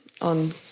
on